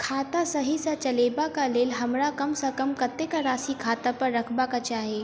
खाता सही सँ चलेबाक लेल हमरा कम सँ कम कतेक राशि खाता पर रखबाक चाहि?